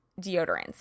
deodorants